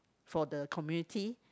for the community